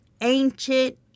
ancient